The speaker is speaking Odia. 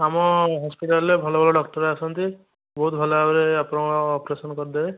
ଆମ ହସ୍ପିଟାଲ୍ରେ ଭଲ ଭଲ ଡ଼କ୍ଟର ଆସନ୍ତି ବହୁତ ଭଲଭାବରେ ଆପଣଙ୍କର ଅପରେସନ୍ କରିଦେବେ